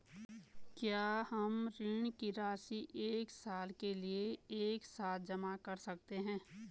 क्या हम ऋण की राशि एक साल के लिए एक साथ जमा कर सकते हैं?